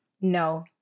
No